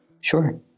Sure